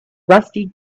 rusty